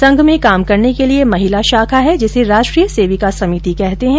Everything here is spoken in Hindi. संघ में काम करने के लिये महिला शाखा है जिसे राष्ट्रीय सेविका समिति कहते हैं